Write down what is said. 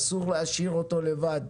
אסור להשאיר אותו לבד.